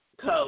code